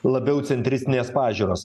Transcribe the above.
labiau centristinės pažiūros